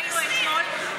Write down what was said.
ראינו אתמול,